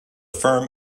firm